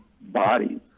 bodies